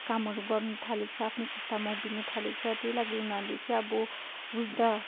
कामहरू गर्नु थालेको छ आफ्नो खुट्टामा उभिनु थालेको छ त्यही लागि उनीहरूले चाहिँ अब वृद्ध